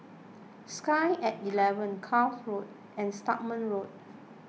Sky at eleven Cuff Road and Stagmont Road